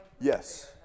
Yes